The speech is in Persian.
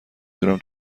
تونم